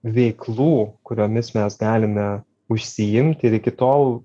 veiklų kuriomis mes galime užsiimti ir iki tol